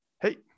Hey